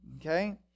Okay